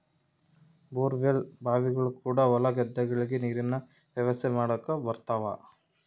bore well ಬಾವಿಗಳು ಕೂಡ ಹೊಲ ಗದ್ದೆಗಳಿಗೆ ನೀರಿನ ವ್ಯವಸ್ಥೆ ಮಾಡಕ ಬರುತವ